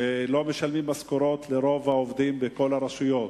ולא משלמים משכורות לרוב העובדים בכל הרשויות.